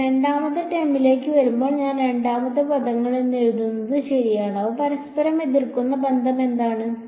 ഇവിടെ രണ്ടാമത്തെ ടേമിലേക്ക് വരുമ്പോൾ ഞാൻ രണ്ടാമത്തെ പദങ്ങൾ എന്ന് എഴുതുന്നത് ശരിയാണ് അവ പരസ്പരം എതിർക്കുന്ന ബന്ധം എന്താണ്